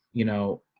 you know,